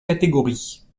catégories